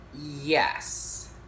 Yes